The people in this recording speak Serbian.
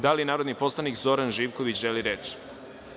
Da li narodni poslanik Zoran Živković želi reč?